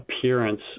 appearance